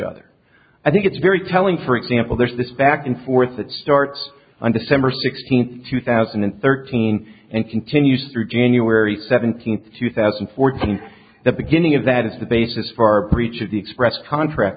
other i think it's very telling for example there's this back and forth that starts on december sixteenth two thousand and thirteen and continues through january seventeenth two thousand and fourteen the beginning of that is the basis for breach of the express contract